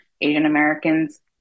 Asian-Americans